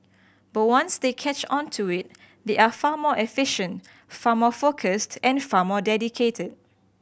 but once they catch on to it they are far more efficient far more focused and far more dedicated